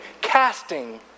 casting